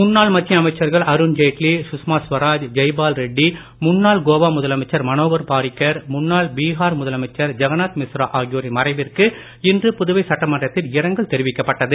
முன்னாள் மத்திய அமைச்சர்கள் அருண்ஜேட்லி சுஷ்மா சுவராஜ் ஜெய்பால் ரெட்டி முன்னாள் கோவா முதலமைச்சர் மனோகர் பாரிக்கர் முன்னாள் பீகார் முதலமைச்சர் ஜெகநாத் மிஸ்ரா ஆகியோரின் மறைவிற்கு இன்று புதுவை சட்டமன்றத்தில் இரங்கல் தெரிவிக்கப்பட்டது